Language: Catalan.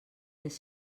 les